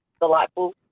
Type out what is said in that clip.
delightful